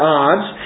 odds